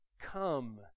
come